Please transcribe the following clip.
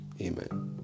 Amen